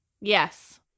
Yes